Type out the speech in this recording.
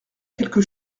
quelque